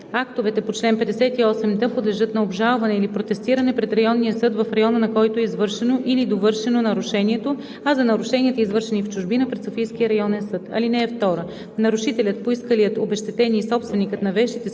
Актовете по чл. 58д подлежат на обжалване или протестиране пред районния съд, в района на който е извършено или довършено нарушението, а за нарушенията, извършени в чужбина – пред Софийския районен съд. (2) Нарушителят, поискалият обезщетение и собственикът на вещите, с които